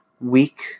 week